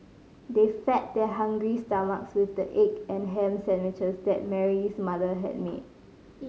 they fed their hungry stomachs with the egg and ham sandwiches that Mary's mother had made